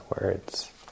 words